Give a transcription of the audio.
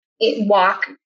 walk